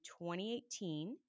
2018